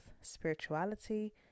spirituality